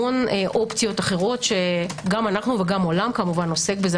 המון אפשרויות שגם אנחנו וגם העולם עוסק בזה.